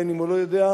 בין שהוא לא יודע,